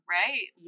right